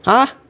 !huh!